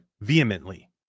vehemently